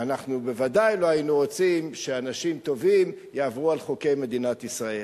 ואנחנו בוודאי לא היינו רוצים שאנשים טובים יעברו על חוקי מדינת ישראל.